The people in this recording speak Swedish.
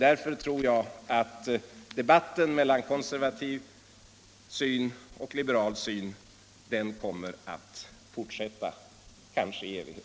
Därför tror jag att debatten mellan konservativ syn och liberal syn kommer att fortsätta, kanske i evighet.